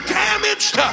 damaged